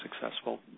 successful